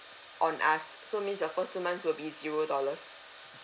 on us so means your first two months will be zero dollars